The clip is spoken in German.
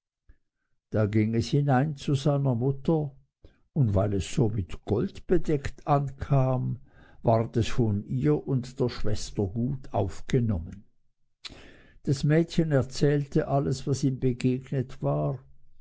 da ging es hinein zu seiner mutter und weil es so mit gold bedeckt ankam ward es von ihr und der schwester gut aufgenommen das mädchen erzählte alles was ihm begegnet war